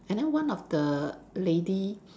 and then one of the lady